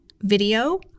video